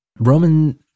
Roman